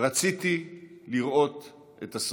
רציתי לראות את הסוף.